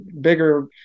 bigger